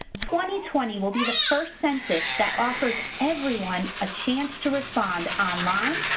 twenty twenty will be the first census that offers everyone a chance to respond online,